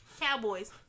Cowboys